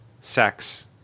sex